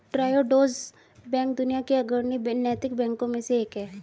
Triodos bank दुनिया के अग्रणी नैतिक बैंकों में से एक है